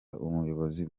n’ubuyobozi